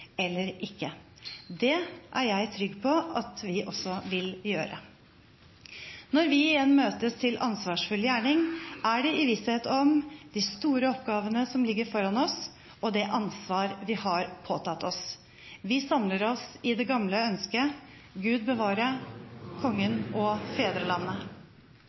eller ikke. Det er jeg trygg på at vi også vil gjøre. Når vi igjen møtes til ansvarsfull gjerning, er det i visshet om de store oppgavene som ligger foran oss, og det ansvar vi har påtatt oss. Vi samler oss i det gamle ønsket: Gud bevare Kongen og fedrelandet!